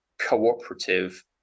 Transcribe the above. cooperative